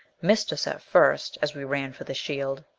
missed us at first, as we ran for the shield,